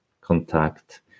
contact